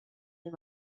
les